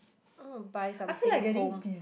I want to buy something home